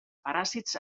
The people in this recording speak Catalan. paràsits